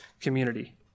community